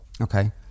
Okay